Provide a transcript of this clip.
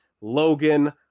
logan